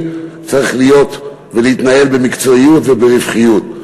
צריך להיות ולהתנהל במקצועיות וברווחיות.